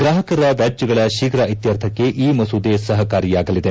ಗ್ರಾಹಕರ ವ್ಯಾಜ್ಯಗಳ ಶೀಪ್ರ ಇತ್ವರ್ಥಕ್ಕೆ ಈ ಮಸೂದೆ ಸಹಕಾರಿಯಾಗಲಿದೆ